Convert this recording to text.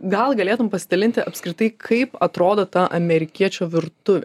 gal galėtum pasidalinti apskritai kaip atrodo ta amerikiečių virtuvė